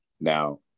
Now